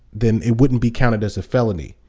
then it wou ldn't be counted as a felony.